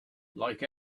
like